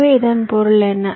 எனவே இதன் பொருள் என்ன